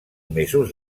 mesos